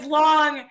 long